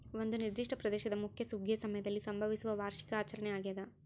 ಒಂದು ನಿರ್ದಿಷ್ಟ ಪ್ರದೇಶದ ಮುಖ್ಯ ಸುಗ್ಗಿಯ ಸಮಯದಲ್ಲಿ ಸಂಭವಿಸುವ ವಾರ್ಷಿಕ ಆಚರಣೆ ಆಗ್ಯಾದ